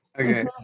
Okay